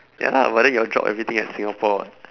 ya lah but then your job everything at Singapore [what]